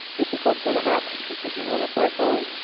this is what's gonna happen. he said, you're on the threshold.